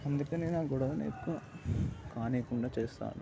అందుకనే నేను ఆ గొడవని ఎక్కువ కానికుండా చేస్తాను